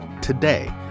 today